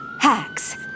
Hacks